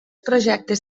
projectes